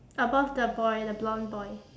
above the boy the blonde boy